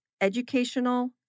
educational